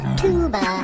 tuba